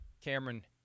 Cameron